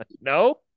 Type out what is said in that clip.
No